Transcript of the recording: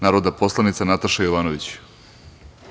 Narodna poslanica Nataša Jovanović ima reč.